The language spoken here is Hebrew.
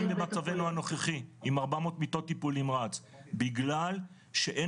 נמצאים במצבנו הנוכחי עם ארבע מאות מיטות טיפול נמרץ בגלל שאין